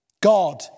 God